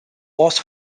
was